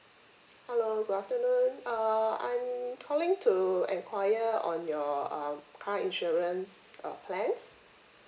hello good afternoon uh I'm calling to inquire on your um car insurance uh plans